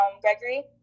Gregory